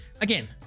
again